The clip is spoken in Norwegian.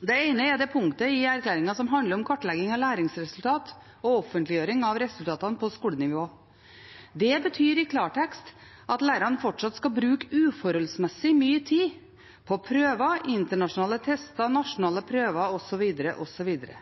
Det ene er det punktet i erklæringen som handler om kartlegging av læringsresultater og offentliggjøring av resultatene på skolenivå. Det betyr i klartekst at lærerne fortsatt skal bruke uforholdsmessig mye tid på prøver, internasjonale tester, nasjonale prøver,